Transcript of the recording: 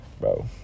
bro